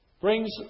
brings